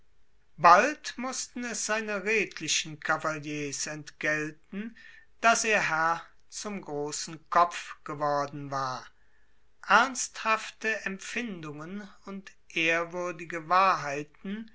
bald mußten es seine redlichen kavaliers entgelten daß ihr herr zum großen kopf geworden war ernsthafte empfindungen und ehrwürdige wahrheiten